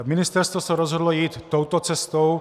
Ministerstvo se rozhodlo jít touto cestou.